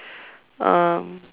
um